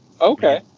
Okay